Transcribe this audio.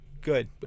Good